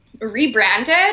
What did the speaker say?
rebranded